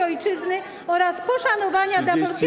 Ojczyzny oraz poszanowania dla polskiego.